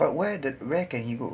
but where that where can he go